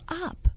up